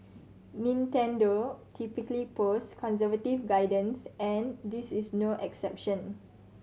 Nintendo typically post conservative guidance and this is no exception